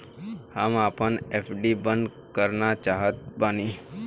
हम आपन एफ.डी बंद करना चाहत बानी